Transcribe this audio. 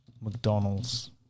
McDonald's